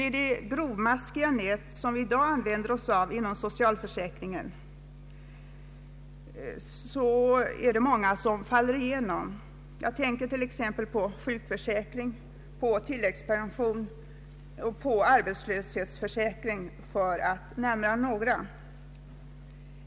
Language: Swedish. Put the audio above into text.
I det grovmaskiga nät som i dag finns inom socialförsäkringen faller många igenom när det gäller sjukförsäkring, tilläggspension eller arbetslöshetsförsäkring, för att nämna några.